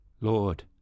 Lord